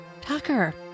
Tucker